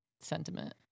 sentiment